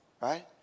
right